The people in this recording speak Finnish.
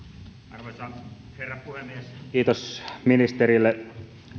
arvoisa herra puhemies kiitos ministerille